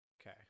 okay